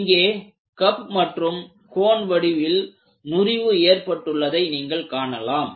இங்கே கப் மற்றும் கோன் வடிவில் முறிவு ஏற்பட்டுள்ளதை நீங்கள் காணலாம்